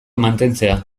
mantentzea